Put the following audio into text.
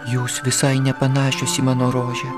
jūs visai nepanašios į mano rožę